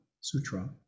Sutra